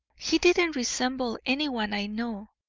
he didn't resemble anyone i know,